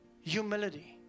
Humility